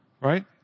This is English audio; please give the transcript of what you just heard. right